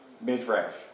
Midrash